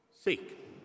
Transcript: Seek